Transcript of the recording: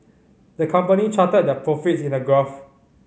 the company charted their profits in a graph